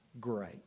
great